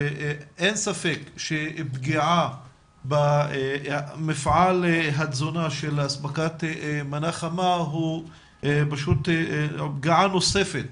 ואין ספק שפגיעה במפעל התזונה של הספקת מנה חמה הוא פשוט פגיעה נוספת